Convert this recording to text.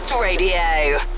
Radio